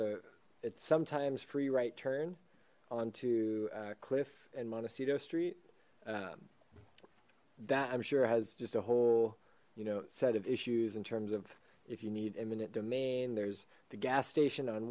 the it's sometimes free right turn onto cliff and montecito street that i'm sure has just a whole you know set of issues in terms of if you need eminent domain there's the gas station on